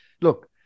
Look